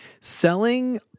selling